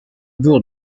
bourg